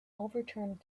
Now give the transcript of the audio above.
overturned